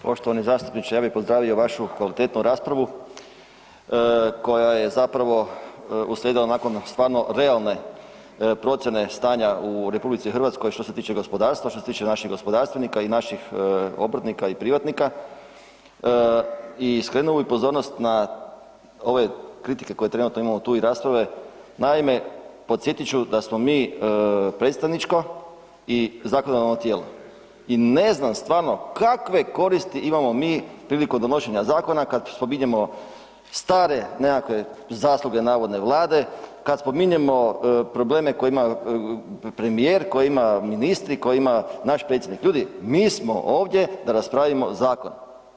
Poštovani zastupniče, ja bi pozdravio vašu kvalitetnu raspravu koja je zapravo uslijedila nakon stvarno realne procjene stanja u RH što se tiče gospodarstva, što se tiče naših gospodarstvenika i naših obrtnika i privatnika i skrenuo bi pozornost na ove kritike koje trenutno imamo tu i rasprave, naime podsjetit ću da smo mi predstavničko i zakonodavno tijelo i ne znam stvarno kakve koristi imamo mi prilikom donošenja zakona kad spominjemo stare nekakve zasluge navodne Vlade, kad spominjemo probleme koje ima premijer, koje imaju ministri, koje ima naš Predsjednik, ljudi, mi smo ovdje da raspravimo zakon.